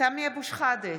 סמי אבו שחאדה,